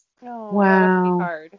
Wow